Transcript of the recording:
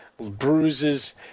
bruises